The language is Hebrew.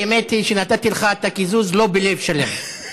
האמת היא שנתתי לך את הקיזוז לא בלב שלם,